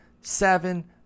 seven